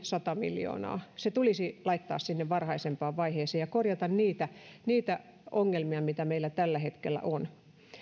sata miljoonaa se tulisi laittaa sinne varhaisempaan vaiheeseen ja korjata niitä niitä ongelmia mitä meillä tällä hetkellä on